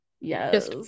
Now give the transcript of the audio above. Yes